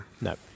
no